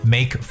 Make